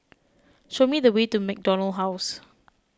show me the way to MacDonald House